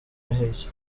iki